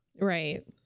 right